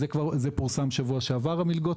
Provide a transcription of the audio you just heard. המלגות האלו פורסמו בשבוע שעבר.